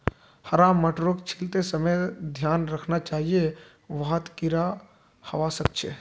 हरा मटरक छीलते समय ध्यान देना चाहिए वहात् कीडा हवा सक छे